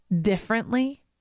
differently